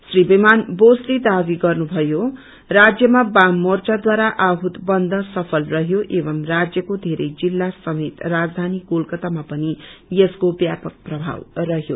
श्री विमान बोसले दावी गर्नु भयो राज्या बाम मोर्चाद्वारा आहूल बन्द सफल रहयो एवम राज्यको धेरै जिल्ला समेत राज्यानी कोलकत्तामा पनि यसको ब्यापक प्रभाव रहयो